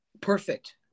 Perfect